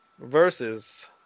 versus